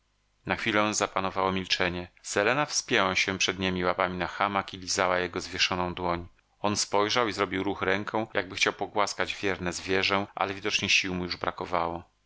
na chwilę zapanowało milczenie selena wspięła się przedniemi łapami na hamak i lizała jego zwieszoną dłoń on spojrzał i zrobił ruch ręką jakby chciał pogłaskać wierne zwierzę ale widocznie sił mu już brakowało